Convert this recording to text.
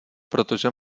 protože